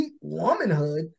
womanhood